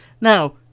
Now